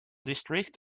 district